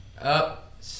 up